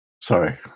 Sorry